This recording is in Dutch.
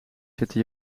zitten